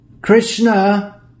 Krishna